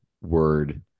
word